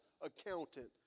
accountant